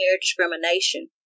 discrimination